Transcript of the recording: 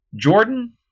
Jordan